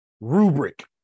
rubric